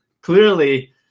clearly